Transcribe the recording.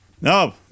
No